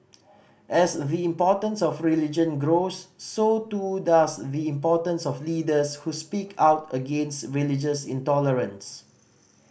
as the importance of religion grows so too does the importance of leaders who speak out against religious intolerance